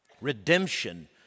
redemption